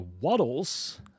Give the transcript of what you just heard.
Waddles